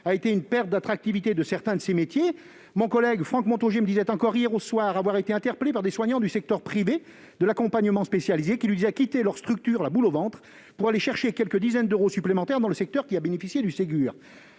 a été une perte d'attractivité de certains de ces métiers. Mon collègue Franck Montaugé me disait hier soir encore avoir été interpellé par des soignants du secteur privé de l'accompagnement spécialisé, qui lui disaient quitter leurs structures « la boule au ventre », pour aller chercher quelques dizaines d'euros supplémentaires dans le secteur qui a bénéficié du Ségur.